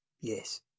Yes